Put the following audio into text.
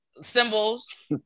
Symbols